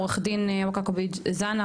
עורך דין אווקה קובי זנה,